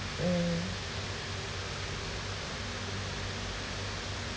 mm